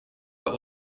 but